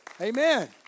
Amen